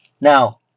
Now